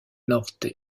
norte